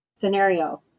scenario